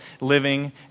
living